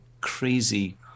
crazy